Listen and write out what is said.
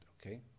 okay